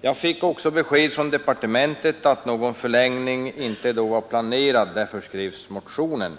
Jag fick också ett besked från departementet att någon förlängning av lagen då inte var planerad. Därför skrevs motionen.